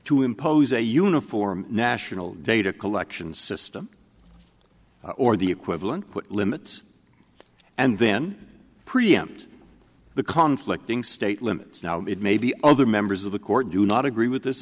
to impose a uniform national data collection system or the equivalent put limits and then preempt the conflict being state limits now it may be other members of the court do not agree with this